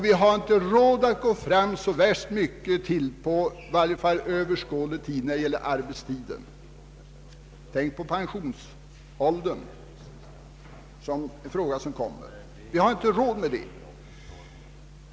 Vi har inte råd att gå fram så mycket längre än vi gjort när det gäller arbetstiden, i varje fall inte inom överskådlig tid. Tänk på pensionsåldern, som är en kommande fråga! Vi har inte råd att förkorta arbetstiden ytterligare i detta läge.